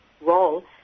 role